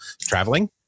traveling